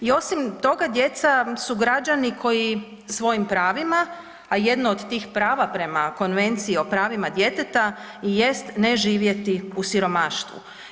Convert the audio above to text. I osim toga, djeca su građani koji svojim pravima, a jedno od tih prava prema Konvenciji o pravima djeteta, jest ne živjeti u siromaštvu.